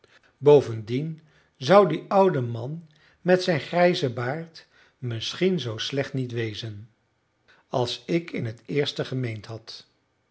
bovendien zou die oude man met zijn grijzen baard misschien zoo slecht niet wezen als ik in het